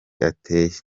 ateye